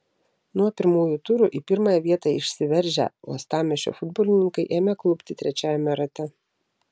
nuo pirmųjų turų į pirmąją vietą išsiveržę uostamiesčio futbolininkai ėmė klupti trečiajame rate